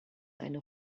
eine